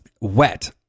wet